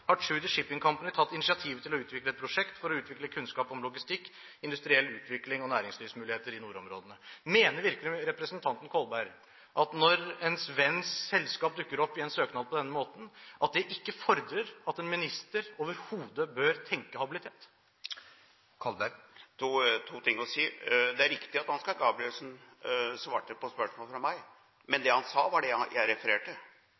har Tschudi Shipping Company tatt initiativet til å utvikle et prosjekt for å utvikle kunnskap om logistikk, industriell utvikling og næringslivsmuligheter i nordområdene.» Mener virkelig representanten Kolberg, når en venns selskap dukker opp i en søknad på denne måten, at det ikke fordrer at en minister overhodet bør tenke habilitet? Det er to ting å si: Det er riktig at Ansgar Gabrielsen svarte på spørsmål fra meg. Men det han sa, var det jeg refererte